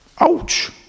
Ouch